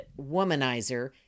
womanizer